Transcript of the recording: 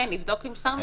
כן, לבדוק עם שר המשפטים.